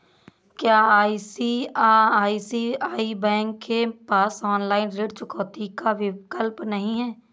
क्या ICICI bank के पास ऑनलाइन ऋण चुकौती का विकल्प नहीं है?